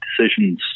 decisions